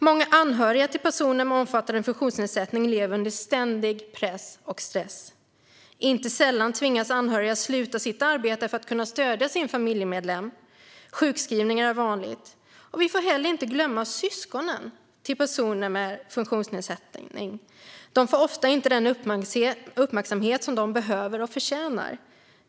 Många anhöriga till personer med omfattande funktionsnedsättning lever under ständig press och stress. Inte sällan tvingas anhöriga sluta sitt arbete för att kunna stödja sin familjemedlem. Sjukskrivningar är vanligt. Vi får heller inte glömma syskonen till personer med funktionsnedsättning, som ofta inte får den uppmärksamhet de behöver och förtjänar.